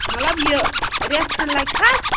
مطلب یہِ رٮ۪تھ کھنٛڈ لَگِکھا